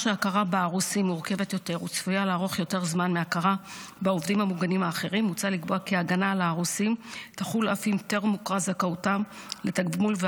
ועדת העבודה והרווחה החליטה להחיל את ההגנה גם על ההורה האחר של יתום של